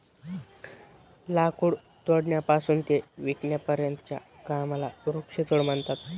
लाकूड तोडण्यापासून ते विकण्यापर्यंतच्या कामाला वृक्षतोड म्हणतात